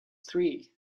three